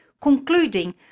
concluding